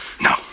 No